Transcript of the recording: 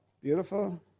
beautiful